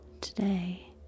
Today